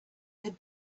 had